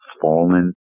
fallen